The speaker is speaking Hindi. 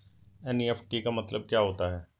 एन.ई.एफ.टी का मतलब क्या होता है?